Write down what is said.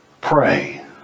Pray